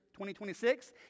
2026